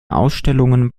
ausstellungen